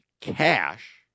cash